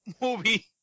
movie